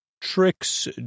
tricks